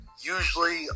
Usually